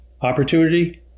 Opportunity